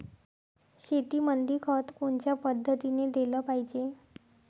शेतीमंदी खत कोनच्या पद्धतीने देलं पाहिजे?